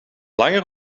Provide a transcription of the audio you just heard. langer